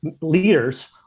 leaders